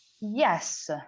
Yes